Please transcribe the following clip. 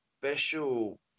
special